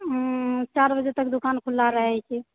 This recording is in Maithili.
चार बजे तक दुकान खुल्ला रहैत छै